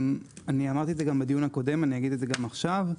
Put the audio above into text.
אמרתי בדיון הקודם ואגיד את זה גם עכשיו: